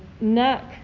neck